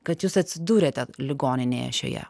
kad jūs atsidūrėte ligoninėje šioje